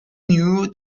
knew